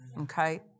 Okay